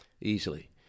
easily